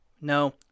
no